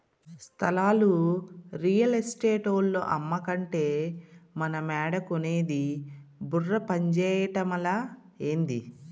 స్థలాలు రియల్ ఎస్టేటోల్లు అమ్మకంటే మనమేడ కొనేది బుర్ర పంజేయటమలా, ఏంది